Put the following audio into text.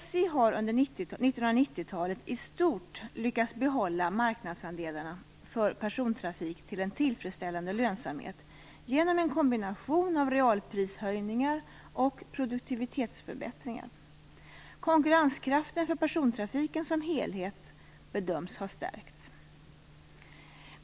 SJ har under 1990-talet i stort lyckats behålla marknadsandelarna för persontrafik till en tillfredsställande lönsamhet genom en kombination av realprishöjningar och produktivitetsförbättringar. Konkurrenskraften för persontrafiken som helhet bedöms ha stärkts.